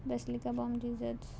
basilica Bom Jesus